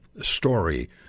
story